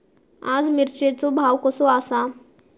आज मिरचेचो भाव कसो आसा?